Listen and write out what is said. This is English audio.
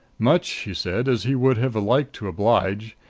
much, he said, as he would have liked to oblige,